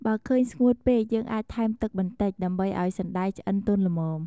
បើឃើញស្ងួតពេក យើងអាចថែមទឹកបន្តិច ដើម្បីឱ្យសណ្ដែកឆ្អិនទន់ល្មម។